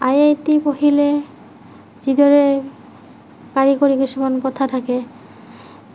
I I T পঢ়িলে যিদৰে কাৰিকৰী কিছুমান কথা থাকে